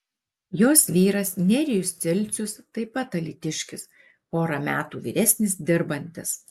jos vyras nerijus cilcius taip pat alytiškis pora metų vyresnis dirbantis